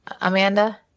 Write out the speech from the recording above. Amanda